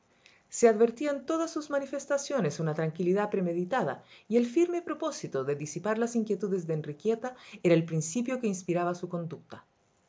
se advertía en todas sus manifestaciones una tranquilidad premeditada y el firme propósito de disipar las inquietudes de enriqueta era el principio que inspiraba su conducta